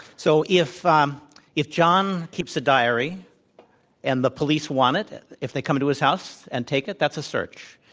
so, if um if john keeps a diary and the police want it, if they come into his house and take it, that's a search.